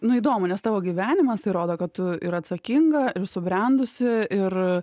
nu įdomu nes tavo gyvenimas tai rodo kad tu ir atsakinga ir subrendusi ir